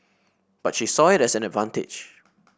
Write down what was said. but she saw it as an advantage